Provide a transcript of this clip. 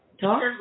Talk